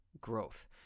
growth